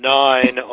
nine